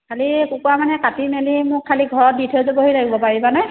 খালি কুকুৰা মানে কাটি মেলি মোক খালি ঘৰত দি থৈ যাবহি লাগিব পাৰিবাানে